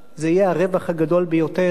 זה יהיה הרווח הגדול ביותר,